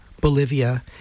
Bolivia